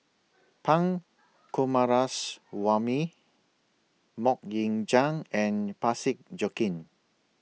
Pun Coomaraswamy Mok Ying Jang and Parsick Joaquim